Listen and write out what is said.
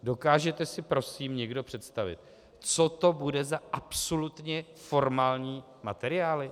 Dokážete si prosím někdo představit, co to bude za absolutně formální materiály?